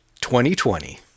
2020